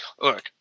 Look